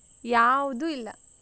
ಯಾವುದೂ ಇಲ್ಲ